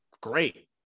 great